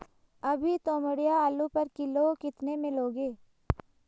अभी तोमड़िया आलू पर किलो कितने में लोगे?